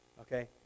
Okay